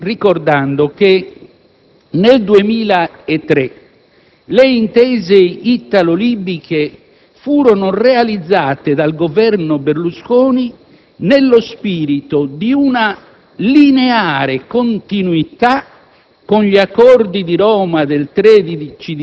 Concludo, signor Presidente, ricordando che nel 2003 le intese italo-libiche furono realizzate dal Governo Berlusconi nello spirito di una lineare continuità